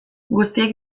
guztiek